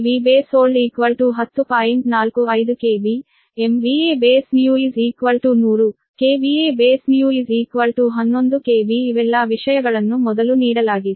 45 KV Bnew 100 Bnew 11 KV ಇವೆಲ್ಲಾ ವಿಷಯಗಳನ್ನು ಮೊದಲು ನೀಡಲಾಗಿದೆ